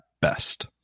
best